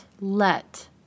let